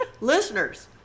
listeners